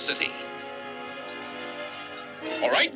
city right